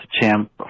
champ